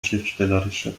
schriftstellerische